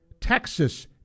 Texas